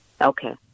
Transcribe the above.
Okay